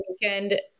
Weekend